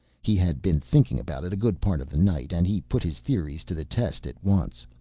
he had been thinking about it a good part of the night and he put his theories to the test at once.